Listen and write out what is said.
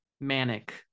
manic